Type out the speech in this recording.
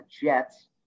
Jets